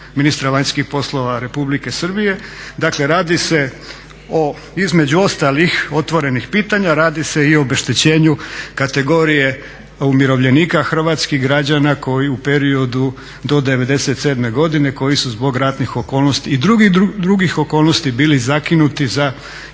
ministra vanjskih poslova Republike Srbije. Dakle radi se o između ostalih otvorenih pitanja, radi se i o obeštećenju kategorije umirovljenika hrvatskih građana koji u periodu do '97. godine koji su zbog ratnih okolnosti i drugih okolnosti bili zakinuti za isplatu